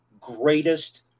greatest